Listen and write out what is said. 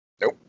Nope